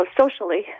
socially